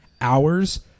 hours